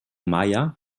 meier